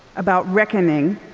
about reckoning.